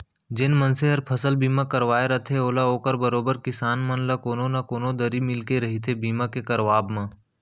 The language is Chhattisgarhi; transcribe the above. जेन मनसे हर फसल बीमा करवाय रथे ओला ओकर बरोबर किसान मन ल कोनो न कोनो दरी मिलके रहिथे बीमा के करवाब म